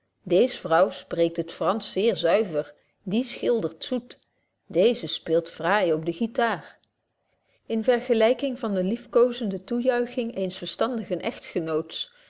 deeze vrouw spreekt het fransch zeer zuiver die schildert zoet deeze speelt fraai op den guitar in vergelyking van de liefkoozende toejuiching eens verstandigen